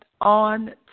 On